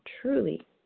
truly